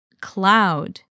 Cloud